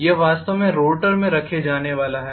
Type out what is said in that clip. यह वास्तव में रोटर में रखे जाने वाला है